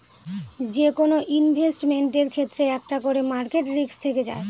যেকোনো ইনভেস্টমেন্টের ক্ষেত্রে একটা করে মার্কেট রিস্ক থেকে যায়